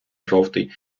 жовтий